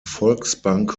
volksbank